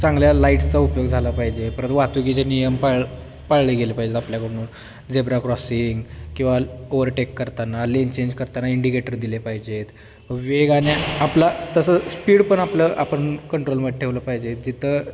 चांगल्या लाईट्सचा उपयोग झाला पाहिजे परत वाहतुकीचे नियम पाळ पाळले गेले पाहिजेत आपल्याकडून झेबरा क्रॉसिंग किंवा ओवरटेक करताना लेन चेंज करताना इंडिकेटर दिले पाहिजेत वेगाने आपला तसं स्पीड पण आपलं आपण कंट्रोलमध्ये ठेवलं पाहिजेत जिथं